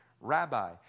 rabbi